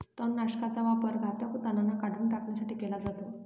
तणनाशकाचा वापर घातक तणांना काढून टाकण्यासाठी केला जातो